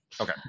okay